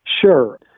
Sure